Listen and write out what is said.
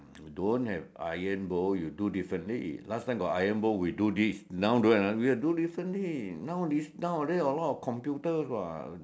don't have Iron bowl you do differently last time got Iron bowl we do this now don't have Iron we are do differently now this nowadays a lot of computers what